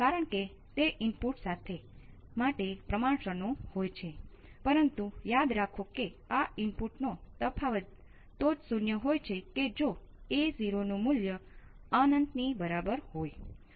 જો તમે ઇનપુટ માંથી આવે છે